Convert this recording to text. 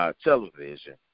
television